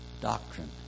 doctrine